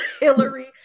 Hillary